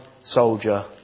soldier